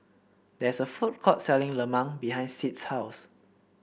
there is a food court selling Lemang behind Sid's house